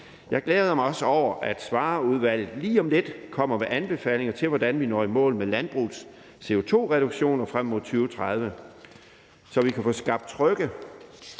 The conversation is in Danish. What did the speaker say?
Jeg glæder mig også over, at Svarerudvalget lige om lidt kommer med anbefalinger til, hvordan vi når i mål med landbrugets CO2-reduktioner frem mod 2030, så vi kan få skabt trygge